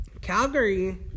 Calgary